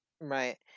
right